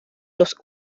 los